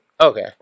Okay